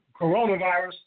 coronavirus